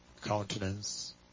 countenance